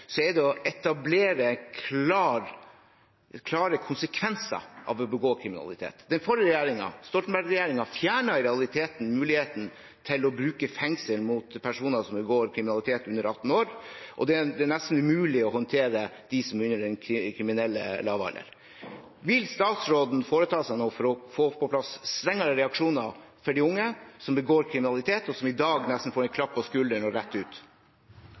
er å etablere klare konsekvenser av å begå kriminalitet. Den forrige regjeringen, Stoltenberg-regjeringen, fjernet i realiteten muligheten til å bruke fengsel for personer under 18 år som begår kriminalitet, og det er nesten umulig å håndtere de som er under den kriminelle lavalder. Vil statsråden foreta seg noe for å få på plass strengere reaksjoner overfor de unge som begår kriminalitet, og som i dag nesten får et klapp på skulderen og så er det rett ut?